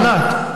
ענת.